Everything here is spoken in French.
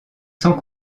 sans